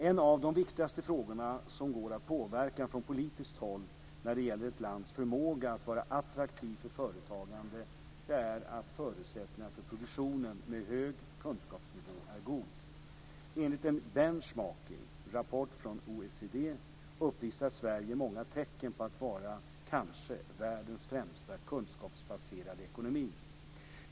En av de viktigaste frågorna som går att påverka från politiskt håll när det gäller ett lands förmåga att vara attraktivt för företagande är att förutsättningarna för produktionen med hög kunskapsnivå är god. Enligt en benchmarking-rapport från OECD uppvisar Sverige många tecken på att vara kanske världens främsta kunskapsbaserade ekonomi.